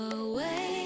away